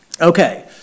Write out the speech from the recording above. Okay